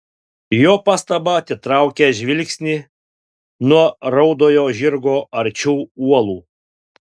jo pastaba atitraukia žvilgsnį nuo raudojo žirgo arčiau uolų